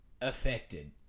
affected